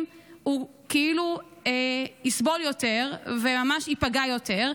כאילו יסבול יותר וממש ייפגע יותר.